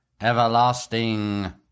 everlasting